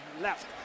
left